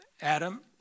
Adam